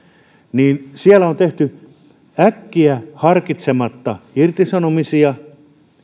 niin siellä on tehty äkkiä harkitsematta irtisanomisia